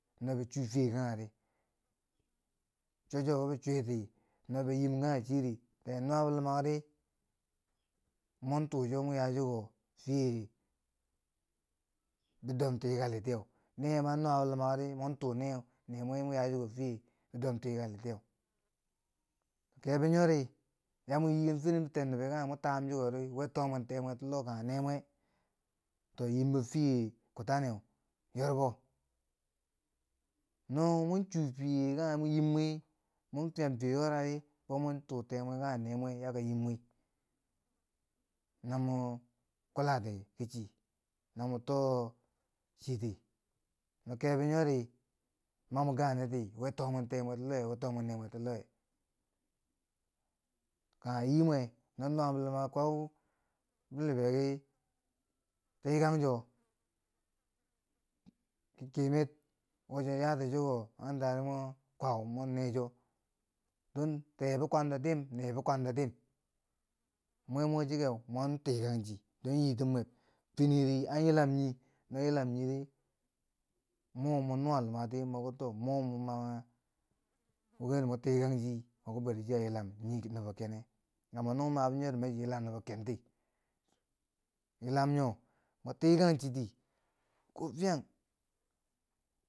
No bo chuu fiye kangheri, cho cho bi switi no bi yiim kangha chiri tee nuwabo luma di, mwantuu chomoyaa chiko fiye bi dom tikali tiye, nee ma nuwabo lumari, mwan tuu nee tuu nee yan chiko fiye bidom tikali tiyeu. Kebo nyori ya yiiken fren biten nobo kangheri mo tabum chikori, we too mwentee mwe ti loh kangha nee mwe? to yiimbo fiye kutanneu yorbo. No mon chuu fiye kangha mo yiim mwi, mon fiyam fiye yoradi, bo mwan tuu tee mwe kangha nee mwe yakon yiim mwi, na mo kulati ki chi, na mo too chiti no kebo nyori ma mwa ganeti we tomwen tee mweti kangha nee mwe lowe? kangha yii mwe no nuwabo luma kwau bi liberi, tikang cho- ki kyemer, wo cho yaa ti chiko, bwentano mwan kwau, mo me cho, don tee bikwangdo dim. nee bikwangdo dim, mwe mo chikeu mwan tikang chidon yiitub mweb finiri an yilam nii, no yilam nii ri mo ma nuwa lumati moki to mo mwa wo ri mun tikang chi moki bari chiya yilam nii nobo kene, amma no mo mabo nyori mani chiya yila nobo kenti, yilam yo mo tikang chi ko fiyang.